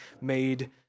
made